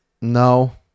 No